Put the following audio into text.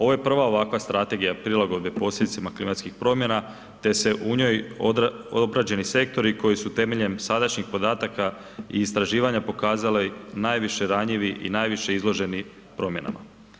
Ovo je prva ovakva strategija prilagode posljedicama klimatskih promjena te se u njoj obrađeni sektori koji su temeljem sadašnjih podataka i istraživanja pokazali najviše ranjivi i najviše izloženi promjenama.